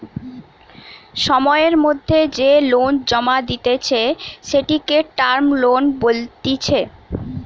সময়ের মধ্যে যে লোন জমা দিতেছে, সেটিকে টার্ম লোন বলতিছে